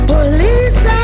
Police